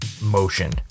motion